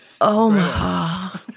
Omaha